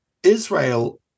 Israel